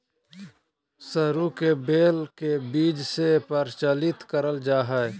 सरू के बेल के बीज से प्रचारित कइल जा हइ